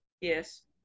Yes